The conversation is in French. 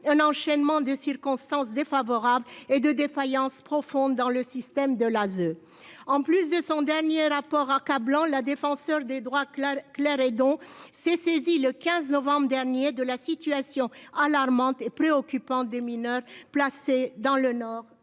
un enchaînement de circonstances défavorables et de défaillance profonde dans le système de l'ASE. En plus de son dernier rapport accablant la défenseure des droits Claire, Claire Hédon s'est saisi le 15 novembre dernier de la situation alarmante et préoccupante des mineurs placés dans le nord et